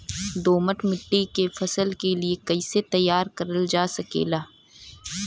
दोमट माटी के फसल के लिए कैसे तैयार करल जा सकेला?